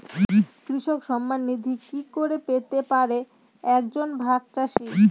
কৃষক সন্মান নিধি কি করে পেতে পারে এক জন ভাগ চাষি?